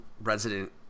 resident